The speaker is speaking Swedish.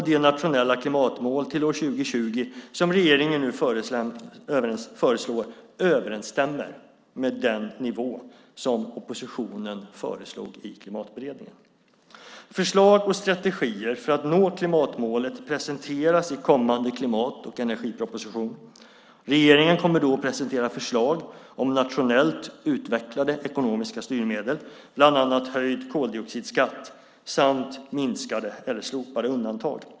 Det nationella klimatmål till år 2020 som regeringen nu föreslår överensstämmer med den nivå som oppositionen föreslog i Klimatberedningen. Förslag och strategier för att nå klimatmålet presenteras i kommande klimat och energiproposition. Regeringen kommer då att presentera förslag om nationellt utvecklade ekonomiska styrmedel, bland annat höjd koldioxidskatt samt minskade eller slopade undantag.